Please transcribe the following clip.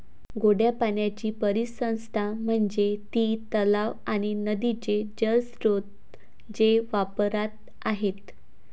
गोड्या पाण्याची परिसंस्था म्हणजे ती तलाव आणि नदीचे जलस्रोत जे वापरात आहेत